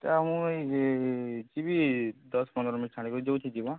ଆ ମୁଇଁ ଯିବି ଦଶ ପନ୍ଦର ମିନିଟ୍ ଛାଡ଼ିକରି ଯାଉଛେ ଯିବା